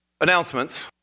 announcements